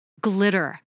glitter